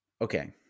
okay